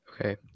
okay